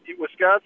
Wisconsin